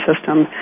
system